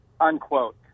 unquote